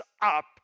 up